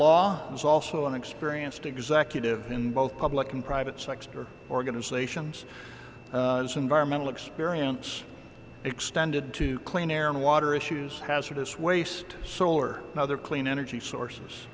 law is also an experienced executive in both public and private sector organizations environmental experience extended to clean air and water issues hazardous waste solar and other clean energy sources